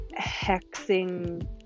hexing